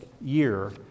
year